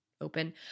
open